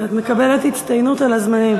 את מקבלת הצטיינות על הזמנים.